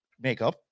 makeup